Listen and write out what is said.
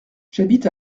j’habite